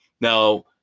Now